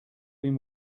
been